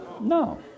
No